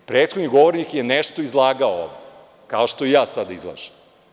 Prethodni govornik je nešto izlagao ovde, kao što i ja sada izlažem.